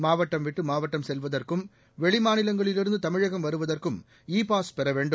மாவட்டம் விட்டு மாவட்டம் செல்வதற்கும் வெளி மாநிலங்களிலிருந்து தமிழகம் வருவதற்கும் இ பாஸ் பெற வேண்டும்